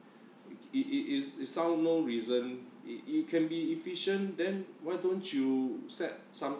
it it is it's sound more reason it it can be efficient then why don't you set some